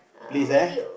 please eh